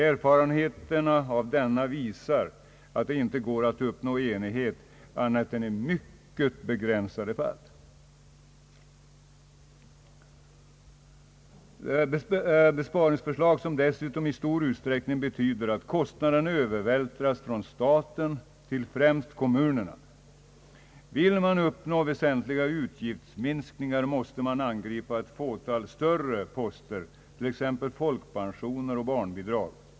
Erfarenheterna av denna visar att det inte går att uppnå enighet annat än i mycket begränsad utsträckning. Det är dessutom fråga om besparingsförslag som betyder att kostnaderna i hög grad övervältras från staten till främst kommunerna. Vill man uppnå väsentliga utgiftsminskningar måste man angripa ett fåtal större poster, t.ex. folkpensioner och barnbidrag.